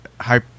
high